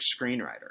screenwriter